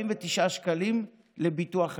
49 שקלים לביטוח הילד.